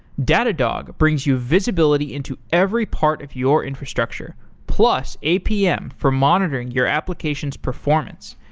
datadog brings you visibility into every part of your infrastructure, plus apm for monitoring your application's performance.